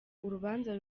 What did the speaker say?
urubanza